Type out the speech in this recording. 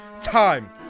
time